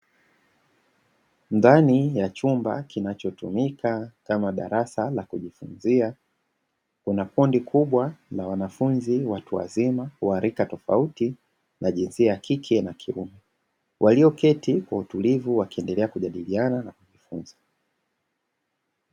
Ndani ya chumba kinachotumika kama darasa la kujifunzia, kuna kundi kubwa la wanafunzi watu wazima wa rika tofauti na jinsia ya kike na kiume walioketi kwa utulivu wakiendelea kujadiliana na kujifunza.